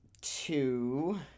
Two